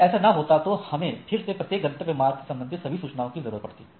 यदि ऐसा ना होता तो हमें फिर से प्रत्येक गंतव्य मार्ग से संबंधित सभी सूचनाओं की जरूरत पड़ती